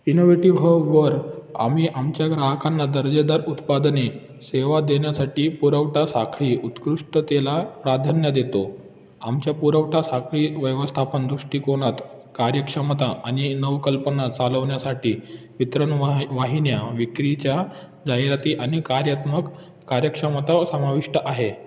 innovative हववर आम्ही आमच्या ग्राहकांना दर्जेदार उत्पादने सेवा देण्यासाठी पुरवठी साखळी उत्कृष्टतेला प्राधान्य देतो आमच्या पुरवठा साखळी व्यवस्थापन दृष्टिकोनात कार्यक्षमता आणि नवकल्पना चालवण्यासाठी वितरण वाह वाहिन्या विक्रीच्या जाहिराती आणि कार्यात्मक कार्यक्षमता समाविष्ट आहे